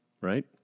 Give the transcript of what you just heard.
right